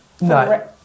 no